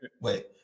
Wait